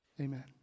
Amen